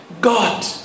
God